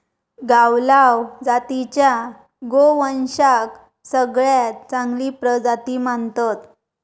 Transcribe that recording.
गावलाव जातीच्या गोवंशाक सगळ्यात चांगली प्रजाती मानतत